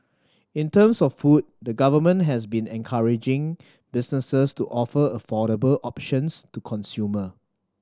in terms of food the Government has been encouraging businesses to offer affordable options to consumer